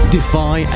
Defy